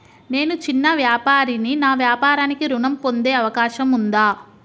నేను చిన్న వ్యాపారిని నా వ్యాపారానికి ఋణం పొందే అవకాశం ఉందా?